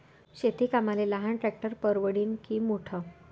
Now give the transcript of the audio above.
शेती कामाले लहान ट्रॅक्टर परवडीनं की मोठं?